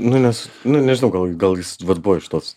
nu nes nu nežinau gal gal jis vat buvo iš tos